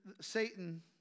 Satan